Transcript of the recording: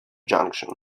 junction